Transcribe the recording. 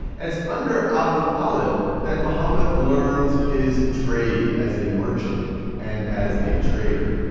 it's under abu talib that muhammad learns his trade as a merchant and as a trader.